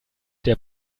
der